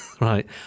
Right